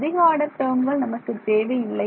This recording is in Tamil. அதிக ஆர்டர் டேர்ம்கள் நமக்குத் தேவை இல்லை